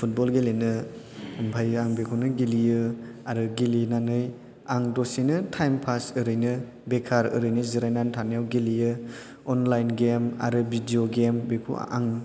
football गेलेनो ओमफ्राय आं बेखौनो गेलेयो आरो गेलेनानै आं दसेनो टाइम पास ओरैनो बेखार ओरैनो जिरायनानै थानायाव ओरैनो गेलेयो अनलाइन गेम आरो भिडिय' गेम बेखौ आं